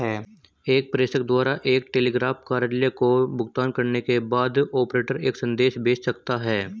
एक प्रेषक द्वारा एक टेलीग्राफ कार्यालय को भुगतान करने के बाद, ऑपरेटर एक संदेश भेज सकता है